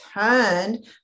turned